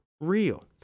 real